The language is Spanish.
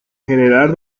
general